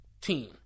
team